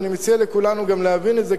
ואני מציע לכולנו גם להבין את זה,